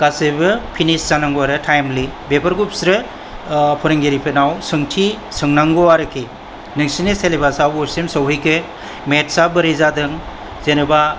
गासैबो फिनिश जानांगौ आरो टाइमलि बेफोरखौ बिसोरो फोरोंगिरिफोरनाव सोंथि सोंनांगौ आरोखि नोंसिनि सिलेबासा अबेसिम सहैखो मेथ्स आ बोरै जादों जेनोबा